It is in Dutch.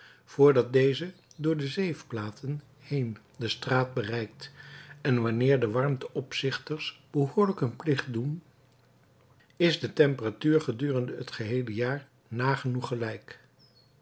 vrdat deze door de zeefplaten heen de straat bereikt en wanneer de warmte opzichters behoorlijk hun plicht doen is de temperatuur gedurende het geheele jaar nagenoeg gelijk